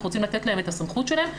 אנחנו רוצים לתת להם את הסמכות שלהם,